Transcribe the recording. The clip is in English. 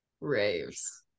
Raves